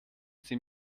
sie